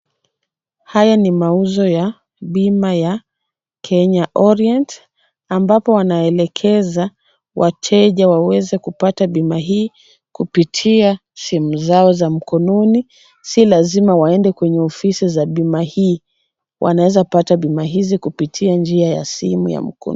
Haya ni mauzo ya bima ya Kenya Orient ambapo wanaelekeza wateja waweze kupata bima hii kupitia simu zao za mkononi, si lazima waende kwenye ofisi za bima hii, wanaweza pata bima hizi kupitia njia ya simu ya mkono.